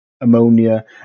ammonia